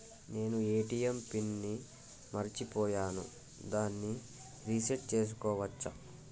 నేను ATM pin ని మరచిపోయాను దాన్ని రీ సెట్ చేసుకోవచ్చా?